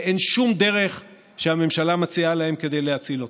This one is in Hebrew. ואין שום דרך שהממשלה מציעה להם כדי להציל אותם.